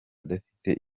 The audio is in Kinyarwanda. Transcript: adafite